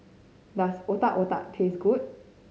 does Otak Otak taste good